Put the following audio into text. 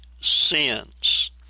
sins